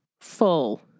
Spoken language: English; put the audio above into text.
full